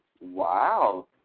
Wow